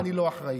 אני לא אחראית.